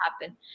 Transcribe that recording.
happen